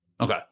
Okay